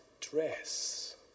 dress